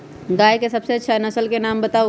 गाय के सबसे अच्छा नसल के नाम बताऊ?